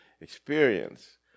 experience